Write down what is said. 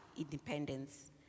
independence